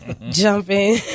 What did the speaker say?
jumping